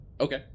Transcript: okay